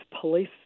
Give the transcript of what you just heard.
police